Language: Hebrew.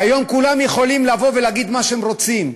והיום כולם יכולים לבוא ולהגיד מה שהם רוצים,